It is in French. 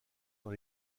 dans